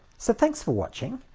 so thanks for watching.